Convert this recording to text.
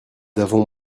avons